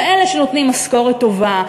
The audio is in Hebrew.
כאלה שנותנים משכורת טובה,